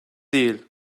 değil